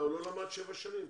הוא לא למד שבע שנים?